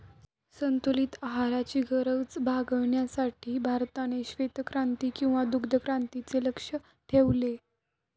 संतुलित आहाराची गरज भागविण्यासाठी भारताने श्वेतक्रांती किंवा दुग्धक्रांतीचे लक्ष्य ठेवले